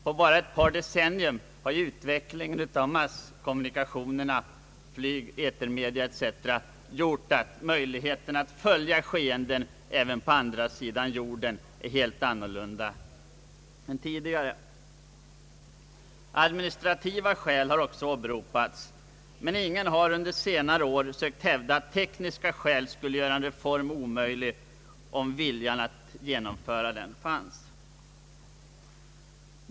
På bara ett par decennier har utvecklingen av masskommunikationerna, flyg, etermedia etc., gjort att möjligheterna att följa skeenden även på andra sidan jordklotet i dag är helt annorlunda än tidigare. Administrativa skäl har också åberopats, men ingen har under senare år sökt hävda att tekniska skäl skulle göra en reform omöjlig om viljan att genomföra den fanns.